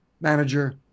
manager